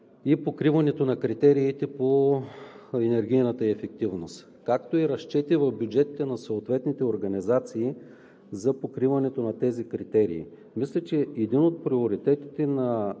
и покриването на критериите по енергийната ефективност, както и разчети в бюджетите на съответните организации за покриването на тези критерии. Мисля, че един от приоритетите на